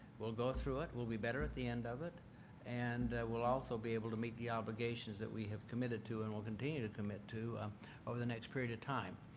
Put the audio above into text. we'll go through it. we'll be better at the end of it and we'll also be able to meet the obligations that we have committed to and will continue to commit to um over the next period of time,